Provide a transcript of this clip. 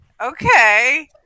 Okay